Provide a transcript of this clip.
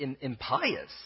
impious